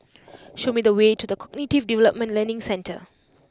show me the way to The Cognitive Development Learning Centre